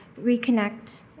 reconnect